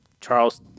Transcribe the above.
Charles